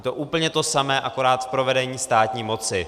Je to úplně to samé, akorát v provedení státní moci.